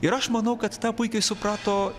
ir aš manau kad tą puikiai suprato